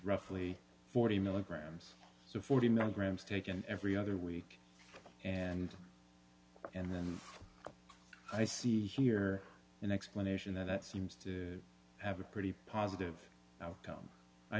roughly forty milligrams so forty milligrams taken every other week and and then i see here an explanation that seems to have a pretty positive outcome i